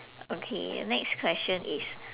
okay next question is